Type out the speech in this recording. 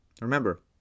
Remember